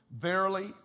Verily